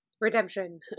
Redemption